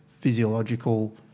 physiological